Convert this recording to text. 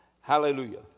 Hallelujah